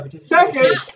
Second